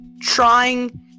trying